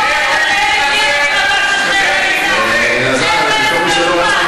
חבר הכנסת זוהיר בהלול, בבקשה.